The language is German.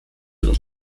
und